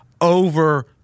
over